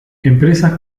empresas